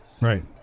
Right